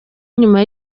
nyuma